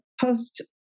post